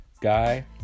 guy